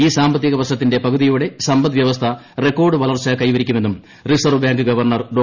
ഈ സാമ്പത്തിക ് വർഷത്തിന്റെ പകുതിയോടെ സമ്പദ്വൃവസ്ഥ റെക്കോഡ് വളർച്ച കൈവരിക്കുമെന്നും റിസർവ് ബാങ്ക് ഗവർണർ ഡോ